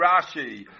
Rashi